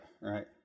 Right